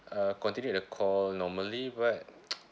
uh continued the call normally but